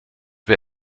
wer